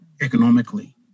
economically